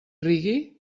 reggae